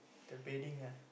the bedding ah